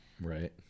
right